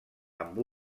amb